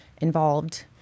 involved